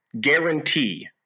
guarantee